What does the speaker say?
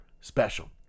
special